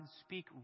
speak